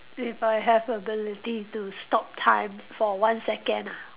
if I have ability to stop time for one second ah